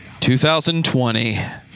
2020